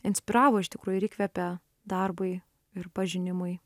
inspiravo iš tikrųjų ir įkvepė darbui ir pažinimui